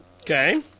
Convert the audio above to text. Okay